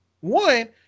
one